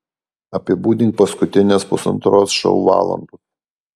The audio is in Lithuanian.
apibūdink paskutines pusantros šou valandos